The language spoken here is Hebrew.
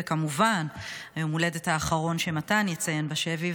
וכמובן יום ההולדת האחרון שמתן יציין בשבי.